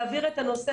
להעביר את הנושא,